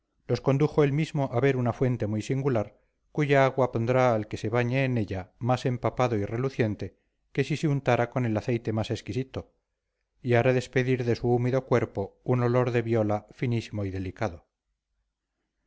los condujo él mismo a ver una fuente muy singular cuya agua pondrá al que se bañe en ella más empapado y reluciente que si se untara con el aceite más exquisito y hará despedir de su húmedo cuerpo un olor de viola finísimo y delicado